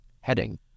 Heading